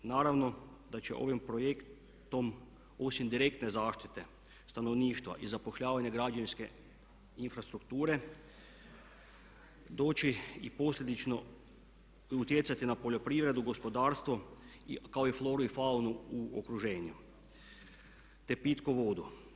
Naravno da će ovim projektom osim direktne zaštite stanovništva i zapošljavanje građevinske infrastrukture doći i posljedično utjecati na poljoprivredu, gospodarstvo kao i floru i faunu u okruženju te pitku vodu.